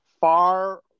far